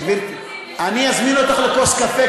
אני אזמין אותך לכוס קפה,